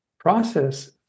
process